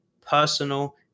personal